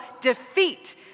defeat